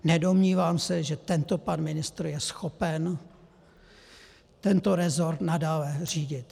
Nedomnívám se, že tento pan ministr je schopen tento rezort nadále řídit.